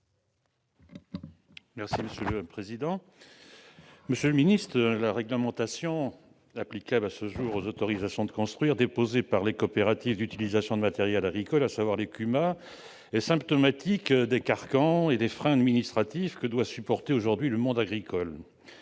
M. le ministre de la cohésion des territoires. La réglementation applicable à ce jour aux autorisations de construire déposées par les coopératives d'utilisation de matériel agricole, les CUMA, est symptomatique des carcans et des freins administratifs que doit supporter le monde agricole.